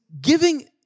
giving